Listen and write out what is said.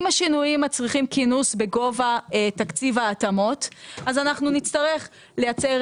אם השינויים מצריכים כינוס בגובה תקציב ההתאמות אז אנחנו נצטרך לייצר